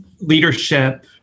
leadership